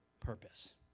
purpose